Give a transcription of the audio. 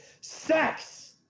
sex